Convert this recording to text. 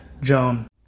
Joan